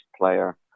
player